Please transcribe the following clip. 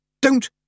Don't